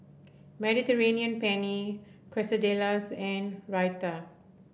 Mediterranean Penne Quesadillas and Raita